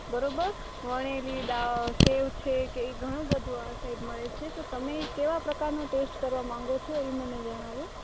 બરોબર વણેલી સેવ છે કે એ ઘણું બધું આ સાઈડ મળે છે તો તમે કેવાં પ્રકારનો ટેસ્ટ કરવા માગો છો એ મને જણાવો